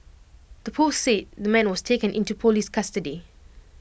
the post said the man was taken into Police custody